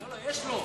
לא, לא, יש לו.